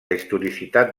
historicitat